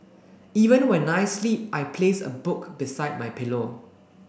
even when I sleep I place a book beside my pillow